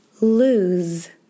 Lose